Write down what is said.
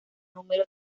número